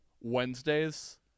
Wednesdays